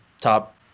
top